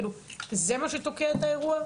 כאילו זה מה שתוקע את האירוע?